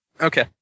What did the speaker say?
Okay